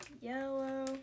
yellow